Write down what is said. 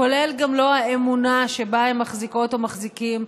כולל גם לא האמונה שבה הם מחזיקות או מחזיקים,